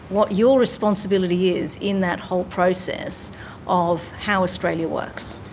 what your responsibility is in that whole process of how australia works.